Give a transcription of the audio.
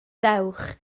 dewch